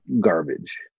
garbage